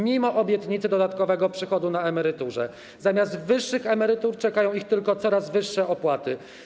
Mimo obietnicy dodatkowego przychodu na emeryturze, zamiast wyższych emerytur czekają ich tylko coraz wyższe opłaty.